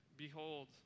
Behold